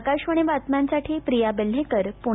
आकाशवाणी बातम्यांसाठी प्रिया बेल्हेकर पूणे